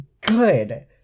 good